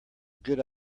good